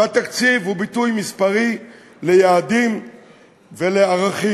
והתקציב הוא ביטוי מספרי ליעדים ולערכים.